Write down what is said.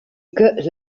good